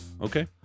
Okay